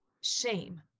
shame